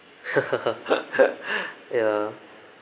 ya